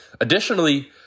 Additionally